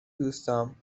دوستام